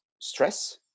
stress